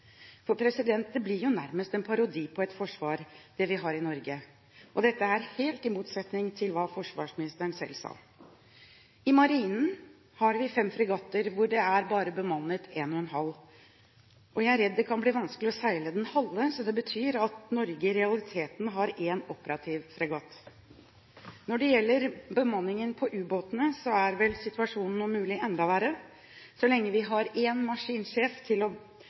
det vi har i Norge, blir jo nærmest en parodi på et forsvar, og dette er helt i motsetning til det som forsvarsministeren selv sa. I Marinen har vi fem fregatter, og bare én og en halv av dem er bemannet. Jeg er redd det kan bli vanskelig å seile den halve, så det betyr at Norge i realiteten har én operativ fregatt. Når det gjelder bemanningen på ubåtene, er vel situasjonen om mulig enda verre så lenge vi har én maskinsjef til å